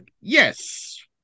Yes